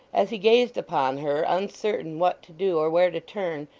as he gazed upon her, uncertain what to do or where to turn,